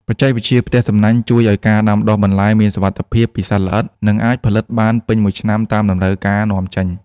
បច្ចេកវិទ្យាផ្ទះសំណាញ់ជួយឱ្យការដាំដុះបន្លែមានសុវត្ថិភាពពីសត្វល្អិត និងអាចផលិតបានពេញមួយឆ្នាំតាមតម្រូវការនាំចេញ។